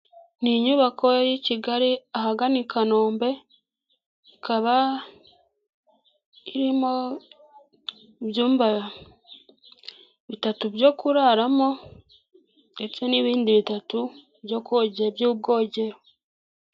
Ni inyubako y' i Kigali ahagana i Kanombe ikaba irimo ibyumba bitatu byo kuraramo ndetse n'ibindi bitatu by'ubwogero.